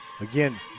Again